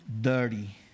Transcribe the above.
dirty